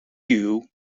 hue